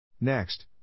next